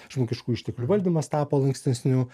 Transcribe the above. žmogiškųjų išteklių valdymas tapo lankstesniu